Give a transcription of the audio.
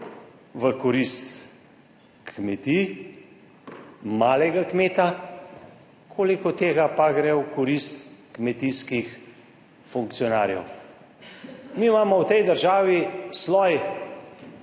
v korist kmetij, malega kmeta, koliko tega pa gre v korist kmetijskih funkcionarjev. Mi imamo v tej državi sloj,